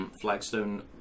flagstone